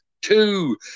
two